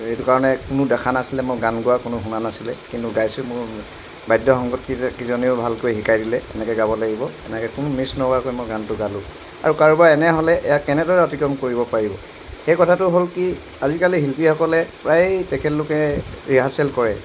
এইটো কাৰণে কোনো দেখা নাছিলে মই গান গোৱা কোনো শুনা নাছিলে কিন্তু গাইছোঁ মোৰ বাদ্যসংগত কি কেইজনেও ভালকৈ শিকাই দিলে এনেকৈ গাব লাগিব এনেকৈ কোনো মিছ নকৰাকৈ মই গানটো গালোঁ আৰু কাৰোবাৰ এনে হ'লে এয়া কেনেদৰে অতিক্ৰম কৰিব পাৰিব সেই কথাটো হ'ল কি আজিকালি শিল্পীসকলে প্ৰায়ে তেখেতলোকে ৰিহাৰ্চেল কৰে